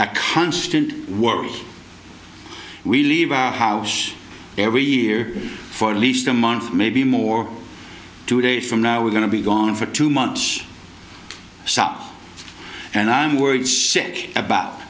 a constant work we leave our house every year for at least a month maybe more two days from now we're going to be gone for two months sop and i'm worried sick about